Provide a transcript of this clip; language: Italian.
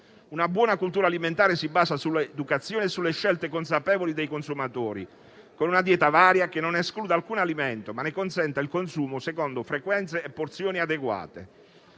Una buona cultura alimentare si basa sull'educazione e sulle scelte consapevoli dei consumatori, con una dieta varia che non escluda alcun alimento, ma ne consenta il consumo secondo frequenze e porzioni adeguate.